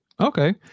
Okay